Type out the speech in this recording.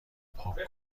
پاپ